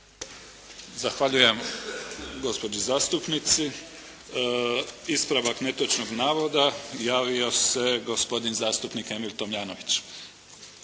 Zahvaljujem gospođi zastupnici. Ispravak netočnog navoda. Javio se gospodin zastupnik Emil Tomljanović.